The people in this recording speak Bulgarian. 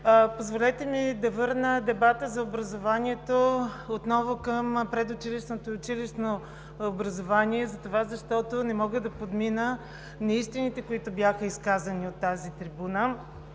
Позволете ми да върна дебата за образованието отново към предучилищното и училищното образование, затова защото не мога да подмина неистините, които бяха изказани от тази трибуна.